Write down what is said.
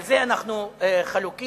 על זה אנחנו חלוקים.